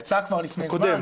יצא כבר לפני זמן,